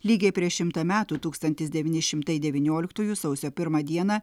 lygiai prieš šimtą metų tūkstantis devyni šimtai devynioliktųjų sausio pirmą dieną